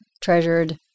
treasured